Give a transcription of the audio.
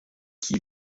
qui